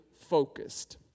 focused